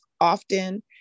often